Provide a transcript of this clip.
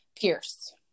Pierce